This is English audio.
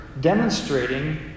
demonstrating